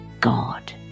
God